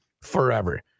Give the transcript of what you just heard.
forever